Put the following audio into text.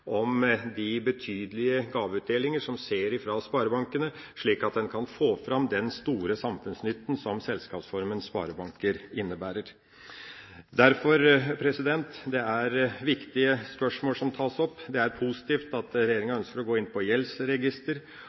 om de betydelige gaveutdelinger som skjer fra sparebankene, slik at en kan få fram den store samfunnsnytten som selskapsformen sparebank innebærer. Derfor: Det er viktige spørsmål som tas opp. Det er positivt at regjeringa ønsker å gå inn på gjeldsregister,